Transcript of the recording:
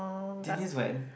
Dineas went